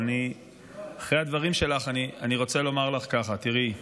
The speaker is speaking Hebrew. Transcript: אבל אחרי הדברים שלך אני רוצה לומר לך שהשבוע